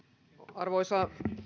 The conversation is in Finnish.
arvoisa